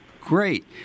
Great